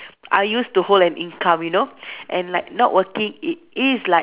I used to hold an income you know and like not working it is like